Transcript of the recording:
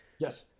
Yes